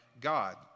God